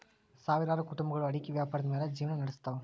ಸಾವಿರಾರು ಕುಟುಂಬಗಳು ಅಡಿಕೆ ವ್ಯಾಪಾರದ ಮ್ಯಾಲ್ ಜಿವ್ನಾ ನಡಸುತ್ತವೆ